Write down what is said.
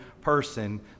person